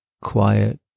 quiet